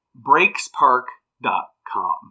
BreaksPark.com